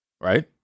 right